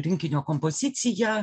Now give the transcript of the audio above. rinkinio kompozicija